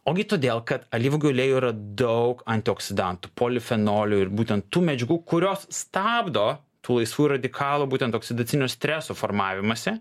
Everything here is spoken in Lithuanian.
ogi todėl kad alyvuogių aliejuj yra daug antioksidantų polifenolio ir būtent tų medžiagų kurios stabdo tų laisvųjų radikalų būtent oksidacinio streso formavimąsi